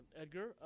Edgar